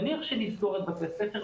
נניח שנסגור את בתי הספר,